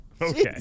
Okay